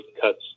cuts